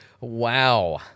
wow